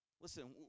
listen